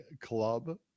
Club